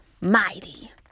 mighty